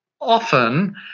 often